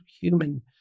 human